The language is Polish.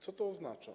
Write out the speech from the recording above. Co to oznacza?